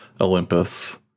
Olympus